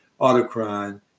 autocrine